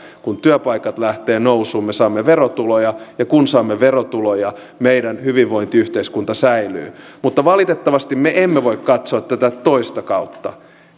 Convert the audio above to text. kun työpaikat lähtevät nousuun me saamme verotuloja ja kun saamme verotuloja meidän hyvinvointiyhteiskunta säilyy valitettavasti me emme voi katsoa tätä toista kautta